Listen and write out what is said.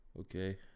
okay